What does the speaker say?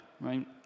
right